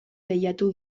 lehiatu